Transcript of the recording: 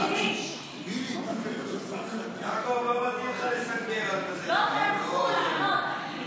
אפילו לא טרחו לענות.